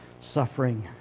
suffering